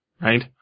right